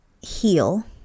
heal